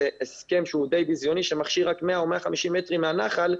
הסכם שהוא די בזיוני שמכשיר רק 100 או 150 מטרים מהנחל.